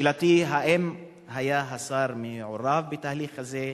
שאֵלתי: האם היה השר מעורב בתהליך הזה,